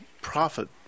profit